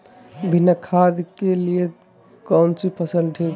बिना खाद के लिए कौन सी फसल ठीक है?